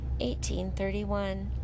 1831